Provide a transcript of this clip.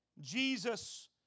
Jesus